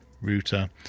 router